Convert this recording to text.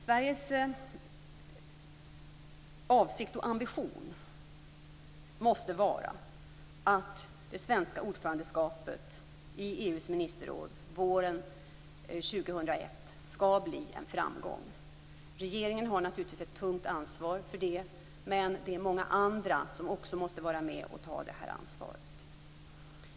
Sveriges avsikt och ambition måste vara att det svenska ordförandeskapet i EU:s ministerråd våren 2001 skall bli en framgång. Regeringen har naturligtvis ett tungt ansvar för det, men det är många andra som också måste vara med och ta detta ansvar.